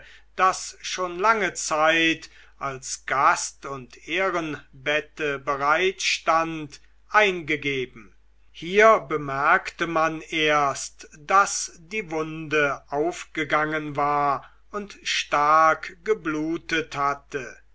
das schon lange zeit als gast und ehrenbette bereitstand eingegeben hier bemerkte man erst daß die wunde aufgegangen war und stark geblutet hatte